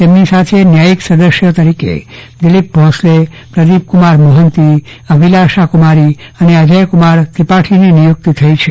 તેમની સાથે ન્યાયીક સદસ્યો તરીકે દિલીપ ભોસલે પ્રદીપકુમાર મોહંતી અભિલાષા કુમારી અને અજયકુમાર ત્રિપાઠીની નિયુક્તિ થઈ છે